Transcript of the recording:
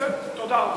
תודה רבה.